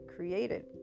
created